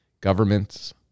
Governments